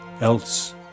else